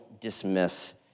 Dismiss